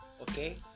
Okay